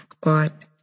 God